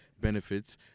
benefits